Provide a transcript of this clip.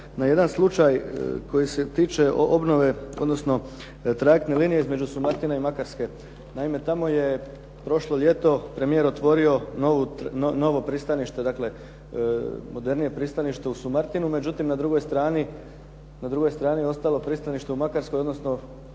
na jedan slučaj koji se tiče obnove odnosno trajektne linije između Sumartina i Makarske. Naime, tamo je prošlo ljeto premijer otvorio novo pristanište, dakle modernije pristanište u Sumartinu. Međutim, na drugoj strani je ostalo pristanište u Makarskoj odnosno